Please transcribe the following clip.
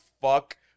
fuck